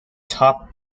top